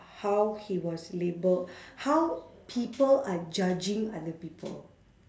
how he was labelled how people are judging other people